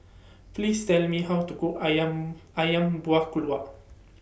Please Tell Me How to Cook Ayam Ayam Buah Keluak